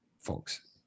Folks